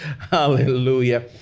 Hallelujah